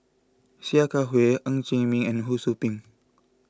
Sia Kah Hui Ng Chee Meng and Ho Sou Ping